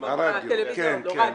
בטלוויזיה עוד לא.